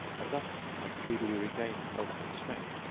and thus i speedily regained health and strength.